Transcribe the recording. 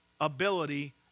ability